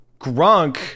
Grunk